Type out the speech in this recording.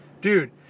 Dude